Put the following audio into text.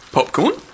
Popcorn